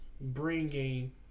bringing